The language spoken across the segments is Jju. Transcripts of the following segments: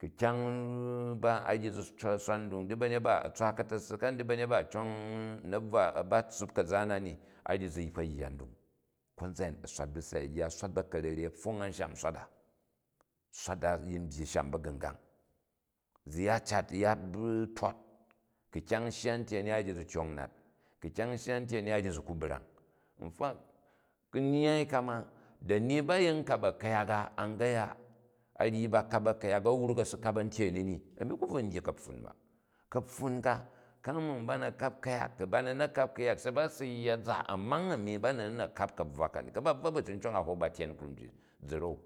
Khu̱ kyang ba a ryi zi swat nduna di ba̱nyet ba a tswa ka̱ta̱ssi kani di banyet ba a̱ u na̱bvwa, a bat tssup ka̱za na ni, a ryi zi kpa yya ndung. Konzan a̱yi a swat bu sai rya a̱ swat ba̱ ka̱rere a̱ pfong an sham swat a. Swat a yin byyi sham ba̱gu̱ngang. Zi ya cat u̱ ya tot. Ku kyan shga atyen a̱ni a̱ ryi zi tyong nat, ku̱ kyang shya a̱tyen a̱ni a ryi zi tyong nat, ku̱ kyang sheya a̱tyen ani, a ryi zi ku brang. Infact, nnyyai ka ma dani ba yin kap a̱ku̱yak a an gaya, a ryi ba kap a̱ku̱yak, a̱ wruk a̱ si kap a̱tyen a̱ni ni, a̱mi ku bvm n dyi kapfun ka ba, kapfun ka komin bana̱ kap ku̱ yak, ka ba ni ng kap kuyak, se ba si yiyya za, a̱mang ani bmi n na̱ kap kabvwa kani, kabwa bvwa bacicong a hok ba tyen krun ji zi ra̱u.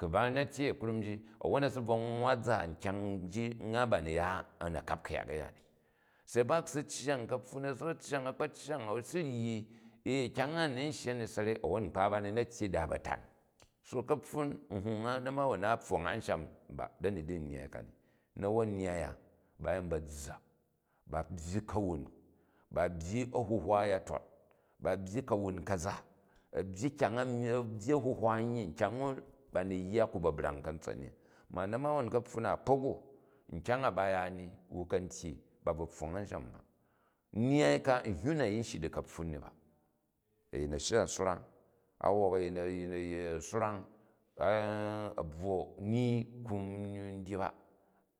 Ku ba na tyeeni knun jo awwon a̱ si nwwa za kyang a bani ya a̱ na̱ kap ku̱yak uya ni, se ba si gyang kapfon, a kpo cyang a si ryi ee, kyang a ni n shya ni sa̱rei wwon nkpa ba ni na tyyei di a ba tar. So kapfun nhung a, na̱mawon na, a pfong anshan ba da̱ni di nnyyai kani. Nawon nyya a, ba yii ba̱ zza̱k, ba byyi karom, ba byyi ahuhwa ya tot, ba byyi kawun kaza, a byyi kyang a a byyi ahuhwa a̱nyyi kyang u ba ni yya ku ba brang kantson ni. Ma na̱mawo kapfun na, akpok u, nkyang a ba ya ni wu kan tyyi ba bvo pfong anshan ba. Nnyyai. ka nhwu na yin shyi di ka̱ptun ni ba, a̱yin a̱ shya a̱ swran, a hok a̱yin a̱ swran, a̱ bvwo ni ku n dyi ba.